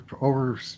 over